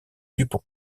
dupont